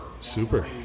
Super